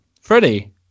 Freddie